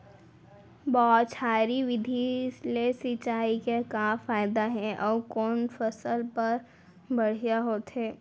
बौछारी विधि ले सिंचाई के का फायदा हे अऊ कोन फसल बर बढ़िया होथे?